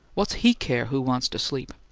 what's he care who wants to sleep!